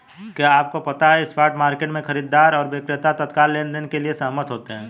क्या आपको पता है स्पॉट मार्केट में, खरीदार और विक्रेता तत्काल लेनदेन के लिए सहमत होते हैं?